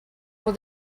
will